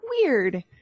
weird